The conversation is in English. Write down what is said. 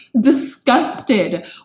disgusted